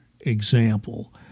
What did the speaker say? example